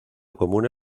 comuna